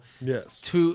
Yes